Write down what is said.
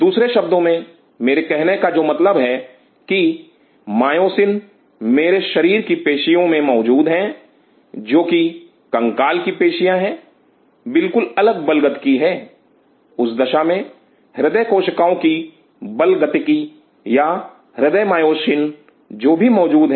दूसरे शब्दों में मेरे कहने का जो मतलब है कि मायोसिन मेरे शरीर की पेशियों में मौजूद हैं जो कि कंकाल की मांसपेशियां हैं बिल्कुल अलग बलगतिकी हैं उस दशा में हृदय कोशिकाओं की बलगतिकी या हृदय मायोसिन जो भी मौजूद है